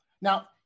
Now